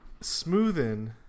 smoothen